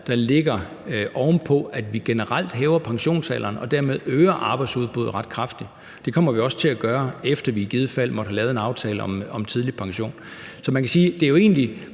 der ligger oven på, at vi generelt hæver pensionsalderen og dermed øger arbejdsudbuddet ret kraftigt. Det kommer vi også til at gøre, efter at vi i givet fald måtte have lavet en aftale om tidlig pension. Så man kan sige, at prisen